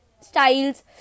styles